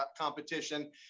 competition